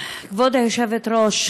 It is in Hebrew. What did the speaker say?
כבוד היושבת-ראש,